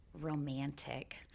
romantic